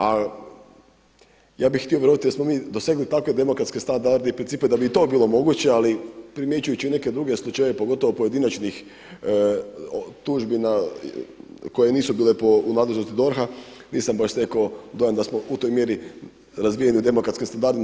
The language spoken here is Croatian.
A ja bih htio vjerovati da smo mi dosegli takve demokratske standarde i principe da bi i to bilo moguće, ali primjećujući i neke druge slučajeve pogotovo pojedinačnih tužbi koje nisu bile u nadležnosti DORH-a nisam baš stekao dojam da smo u toj mjeri razvijeno demokratskim standardima.